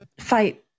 fight